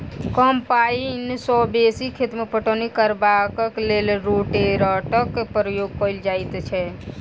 कम पाइन सॅ बेसी खेत मे पटौनी करबाक लेल रोटेटरक प्रयोग कयल जाइत छै